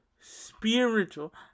spiritual